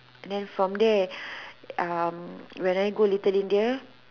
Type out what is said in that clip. then from there um when I go little India